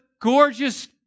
gorgeous